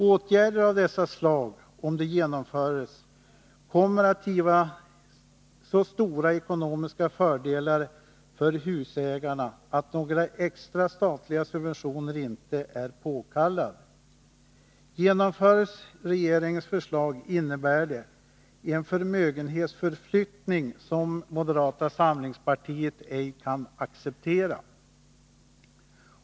Åtgärder av dessa slag kommer, om de genomförs, att ge så stora ekonomiska fördelar för husägarna att någon extra statlig subvention inte är påkallad. Genomförs regeringens förslag innebär det en förmögenhetsförflyttning, något som moderata samlingspartiet ej kan acceptera.